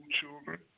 children